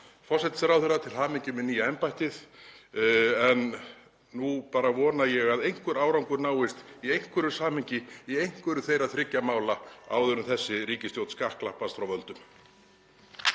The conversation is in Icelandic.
forsætisráðherra til hamingju með nýja embættið en nú bara vona ég að einhver árangur náist í einhverju samhengi í einhverju þeirra þriggja mála áður en þessi ríkisstjórn skakklappast frá völdum.